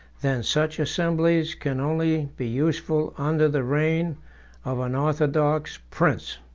than such assemblies can only be useful under the reign of an orthodox prince.